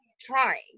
trying